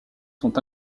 sont